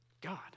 God